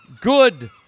good